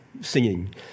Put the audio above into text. singing